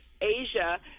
Asia